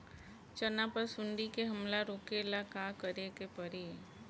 चना पर सुंडी के हमला रोके ला का करे के परी?